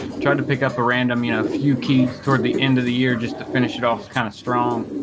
trying to pick up a random you know a few keys toward the end of the year just to finish it off kind of strong